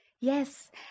Yes